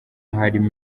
harimo